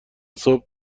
صبح